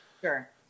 sure